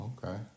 Okay